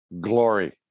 Glory